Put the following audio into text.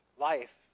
life